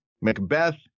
Macbeth